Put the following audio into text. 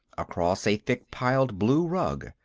across a thick-piled blue rug.